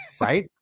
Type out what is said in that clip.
Right